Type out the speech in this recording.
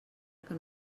que